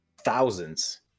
thousands